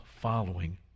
following